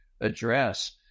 address